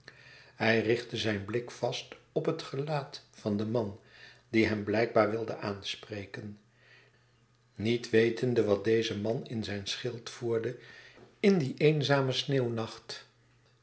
hij richtte zijn blik vast op het gelaat van den man die hem blijkbaar wilde aanspreken niet wetende wat deze in zijn schild voerde in dien eenzamen